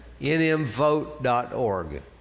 nmvote.org